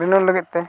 renewal